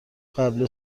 قبل